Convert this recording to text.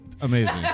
amazing